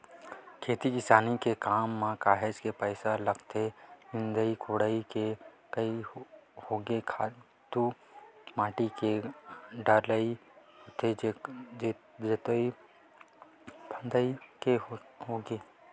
खेती किसानी के काम म काहेच के पइसा लगथे निंदई कोड़ई के करई होगे खातू माटी के डलई होगे जोतई फंदई के होगे